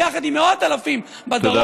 ביחד עם מאות אלפים בדרום,